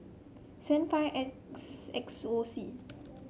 seven five S X X O C